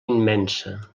immensa